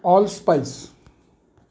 all spice